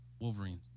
Wolverine